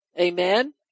Amen